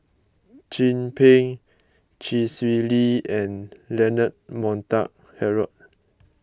Chin Peng Chee Swee Lee and Leonard Montague Harrod